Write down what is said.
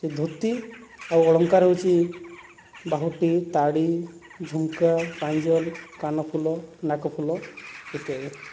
ସେଇ ଧୋତି ଆଉ ଅଳଙ୍କାର ହେଉଛି ବାହୁଟି ତାଡ଼ି ଝୁମକା ପାଁଜଲ କାନଫୁଲ ନାକଫୁଲ ଇତ୍ୟାଦି